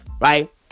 right